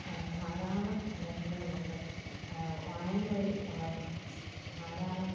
ധാരാളം മേഖലകളുണ്ട് വായനവഴി വളർന്ന ധാരാളം